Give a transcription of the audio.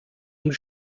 und